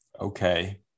okay